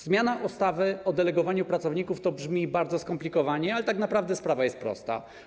Zmiana ustawy o delegowaniu pracowników - to brzmi bardzo skomplikowanie, ale tak naprawdę sprawa jest prosta.